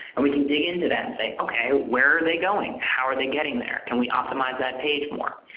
and we can dig into that and say okay, where are they going? how are they getting there? can we optimize that page more?